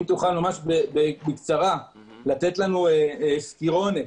לתת לנו סקירונת,